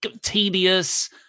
tedious